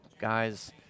guys